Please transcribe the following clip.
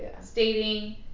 stating